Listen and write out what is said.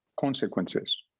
consequences